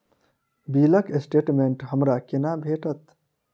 बिलक स्टेटमेंट हमरा केना भेटत?